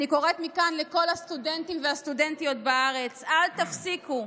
אני קוראת מכאן לכל הסטודנטים והסטודנטיות בארץ: אל תפסיקו,